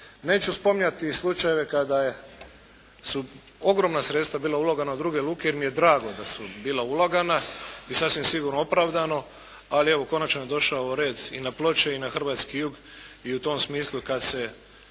Neću spominjati slučajeve kada su ogromna sredstva bila ulagana u druge luke, jer mi je drago da su bila ulagana i sasvim sigurno opravdano, ali evo konačno je došao red i na Ploče i na hrvatski jug i u tom smislu kad se